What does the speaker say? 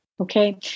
okay